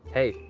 hey,